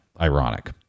ironic